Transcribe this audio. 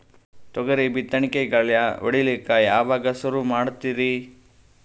ತೊಗರಿ ಬಿತ್ತಣಿಕಿಗಿ ಗಳ್ಯಾ ಹೋಡಿಲಕ್ಕ ಯಾವಾಗ ಸುರು ಮಾಡತೀರಿ?